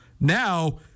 Now